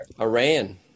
Iran